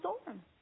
storm